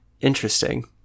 interesting